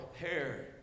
hair